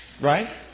Right